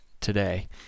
today